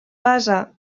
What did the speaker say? basa